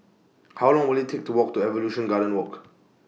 How Long Will IT Take to Walk to Evolution Garden Walk